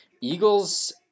Eagles